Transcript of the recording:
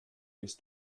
bis